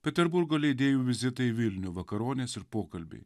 peterburgo leidėjų vizitai vilniuje vakaronės ir pokalbiai